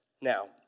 Now